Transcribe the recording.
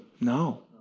No